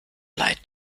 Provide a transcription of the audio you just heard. leid